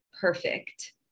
perfect